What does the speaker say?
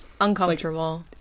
Uncomfortable